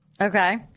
Okay